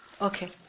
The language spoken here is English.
Okay